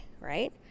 right